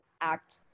act